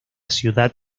ciudad